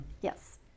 Yes